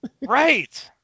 right